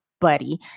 buddy